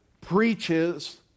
preaches